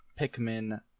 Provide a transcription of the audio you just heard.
Pikmin